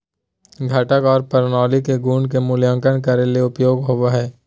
घटक आर प्रणाली के गुण के मूल्यांकन करे ले उपयोग होवई हई